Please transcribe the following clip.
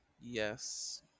Yes